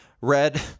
red